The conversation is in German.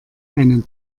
einen